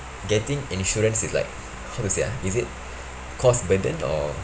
getting insurance is like how to say ah is it cost burden or